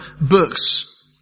books